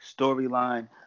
storyline